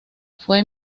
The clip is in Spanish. fue